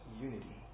unity